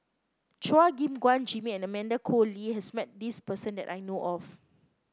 Chua Gim Guan Jimmy and Amanda Koe Lee has met this person that I know of